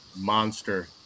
Monster